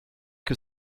que